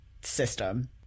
system